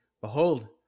Behold